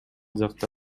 жакта